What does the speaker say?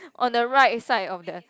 on the right side of that